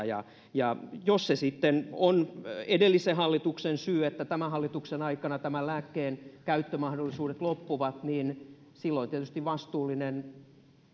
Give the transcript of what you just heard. ja ja jos se sitten on edellisen hallituksen syy että tämän hallituksen aikana tämän lääkkeen käyttömahdollisuudet loppuvat niin silloin tietysti vastuullinen